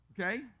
okay